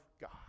God